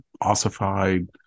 ossified